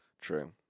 true